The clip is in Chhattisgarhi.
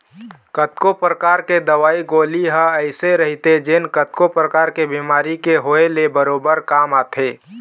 कतको परकार के दवई गोली ह अइसे रहिथे जेन कतको परकार के बेमारी के होय ले बरोबर काम आथे